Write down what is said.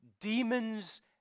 Demons